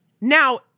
Now